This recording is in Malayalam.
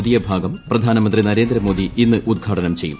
പുതിയ ഭാഗം പ്രധാനമന്ത്രി നരേന്ദ്ര മോദി ഇന്ന് ഉദ്ഘാടനം ചെയ്യും